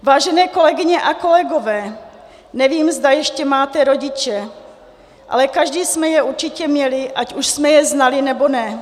Vážené kolegyně a kolegové, nevím, zda ještě máte rodiče, ale každý jsme je určitě měli, ať už jsme je znali, nebo ne.